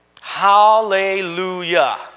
Hallelujah